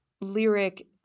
lyric